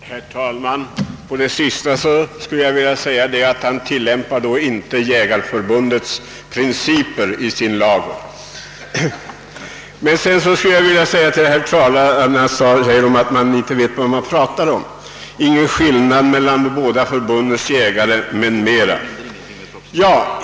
Herr talman! I anledning av detta sista påstående skulle jag vilja säga att herr Hansson tydligen inte tillämpar Jägareförbundets principer i sin ladugård. Herr Trana sade att jag inte vet vad jag talar om och att det inte finns någon skillnad mellan de båda förbundens jägare.